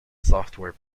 software